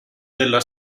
della